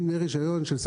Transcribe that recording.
דמי רישיון או